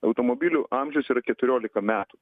automobilių amžius yra keturiolika metų